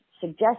suggest